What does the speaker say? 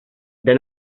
the